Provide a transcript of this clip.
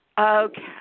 Okay